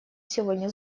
сегодня